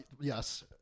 Yes